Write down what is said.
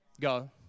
go